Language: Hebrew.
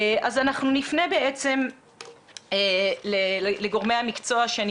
אז אנחנו נפנה לגורמי המקצוע שאני